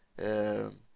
and